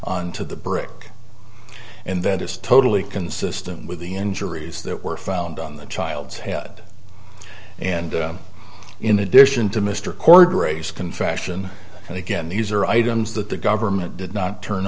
to the brick and that is totally consistent with the injuries that were found on the child's head and in addition to mr cordray skin fashion and again these are items that the government did